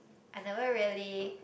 I never really